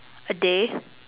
a day